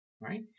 right